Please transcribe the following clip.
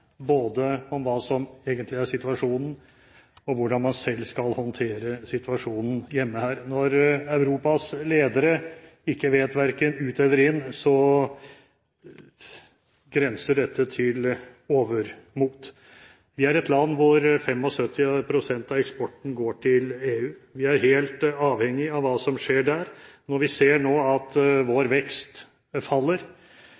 både om den egentlige situasjonen og hvordan man selv skal håndtere den her hjemme. Når Europas ledere ikke vet verken ut eller inn, grenser dette til overmot. Vi er et land der 75 pst. av eksporten går til EU. Vi er helt avhengige av det som skjer der. Når vi nå ser at